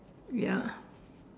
ya